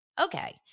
okay